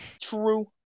True